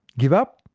give up?